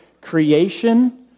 creation